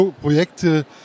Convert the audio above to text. Projekte